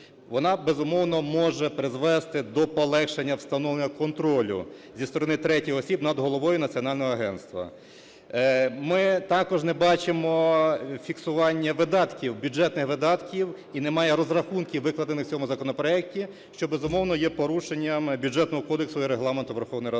Вона, безумовно, може призвести до полегшення встановлення контролю зі сторони третіх осіб над головою Національного агентства. Ми також не бачимо фіксування видатків, бюджетних видатків. І немає розрахунків, викладених в цьому законопроекті, що, безумовно, є порушенням Бюджетного кодексу і Регламенту